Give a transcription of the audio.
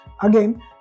Again